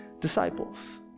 disciples